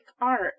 art